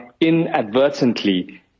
inadvertently